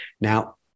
Now